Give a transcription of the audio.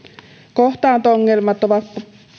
kohtaanto ongelmat ovat